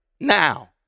now